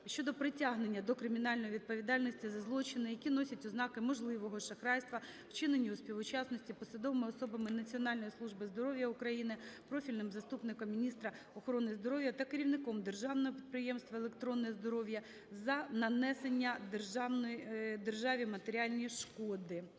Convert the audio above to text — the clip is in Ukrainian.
щодо притягнення до кримінальної відповідальності за злочини, які носять ознаки можливого шахрайства, вчинені у співучасті посадовими особами Національної служби здоров'я України, профільним заступником міністра охорони здоров'я та керівництвом державного підприємства "Електронне здоров'я" за нанесення державі матеріальної шкоди.